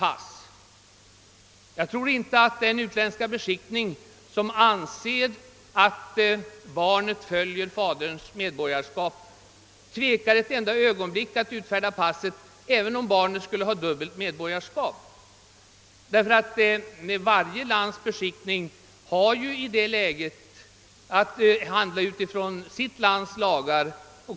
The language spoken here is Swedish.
Jag tror emellertid inte att den utländska beskickning, som anser att barnets medborgarskap följer faderns, tvekar ett enda ögonblick att utfärda pass även om barnet har dubbelt medborgarskap, ty varje lands beskickning handlar i ett sådant läge -— och kommer att handla — utifrån det egna landets lagar.